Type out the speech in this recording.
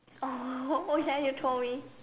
oh oh ya you told me